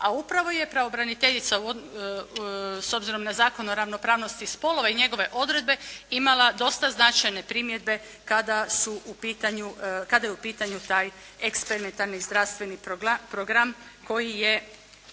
A upravo je pravobraniteljica, s obzirom na Zakon o ravnopravnosti spolova i njegove odredbe imala dosta značajne primjedbe kada je u pitanju taj eksperimentalni zdravstveni program koji je